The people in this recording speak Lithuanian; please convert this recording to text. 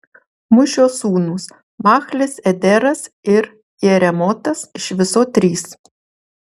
mušio sūnūs machlis ederas ir jeremotas iš viso trys